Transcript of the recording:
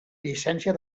llicència